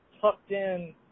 tucked-in